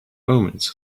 omens